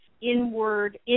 inward